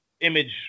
image